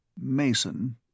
Mason